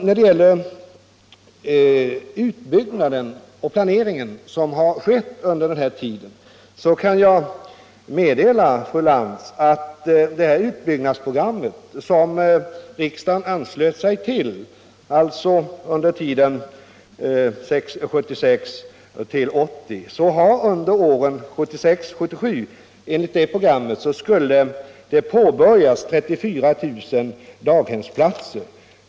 Nir det gäller den planering och utbyggnad som har skett under denna tid kan jag meddela fru Lantz att enligt det utbyggnadsprogram som riksdagen anslöt sig till för tiden 1976-1980 skulle under åren 1976 och 1977 påbörjas 34 000 daghemsplatser.